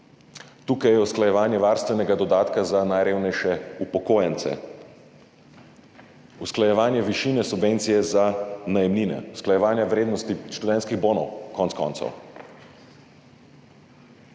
tukaj je usklajevanje varstvenega dodatka za najrevnejše upokojence, usklajevanje višine subvencije za najemnine, usklajevanja vrednosti študentskih bonov konec koncev.